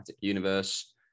Universe